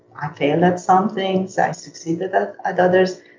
i fail at some things. i succeeded at and others,